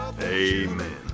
amen